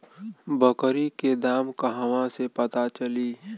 बकरी के दाम कहवा से पता चली?